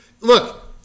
Look